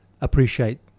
appreciate